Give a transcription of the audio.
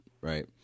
Right